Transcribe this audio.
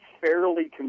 fairly